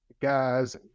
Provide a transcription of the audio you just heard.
guys